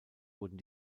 wurden